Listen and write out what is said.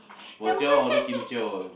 bo jio hor ler kim jio